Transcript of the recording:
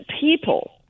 people